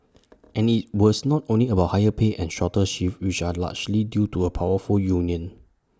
and IT was not only about higher pay and shorter shifts which are largely due to A powerful union